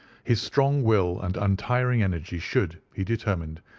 his strong will and untiring energy should, he determined,